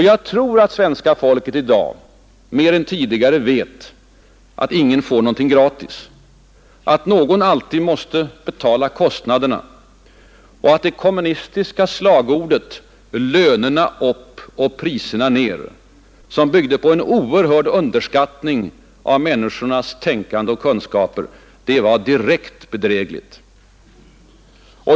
Jag tror att svenska folket i dag mer än tidigare vet att ingen får någonting gratis, att någon alltid måste betala kostnaderna, att det kommunistiska slagordet ”lönerna upp och priserna ner”, som byggde på en oerhörd underskattning av människornas tänkande och kunskaper, var direkt bedrägligt.